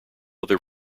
other